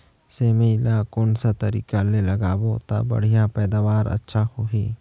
सेमी ला कोन सा तरीका ले लगाबो ता बढ़िया पैदावार अच्छा होही?